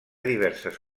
diverses